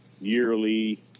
yearly